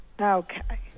Okay